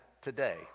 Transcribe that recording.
today